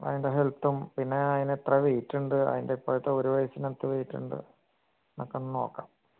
അതിൻ്റെ ഹെൽത്തും പിന്നെ അതിനെത്ര വെയിറ്റ് ഉണ്ട് അതിൻ്റെ ഇപ്പോഴത്തെ ഒരുവയസ്സിന് എന്ത് വെയിറ്റ് ഉണ്ട് നമുക്ക് ഒന്ന് നോക്കാം